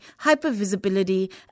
hypervisibility